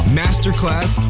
masterclass